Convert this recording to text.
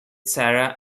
sarah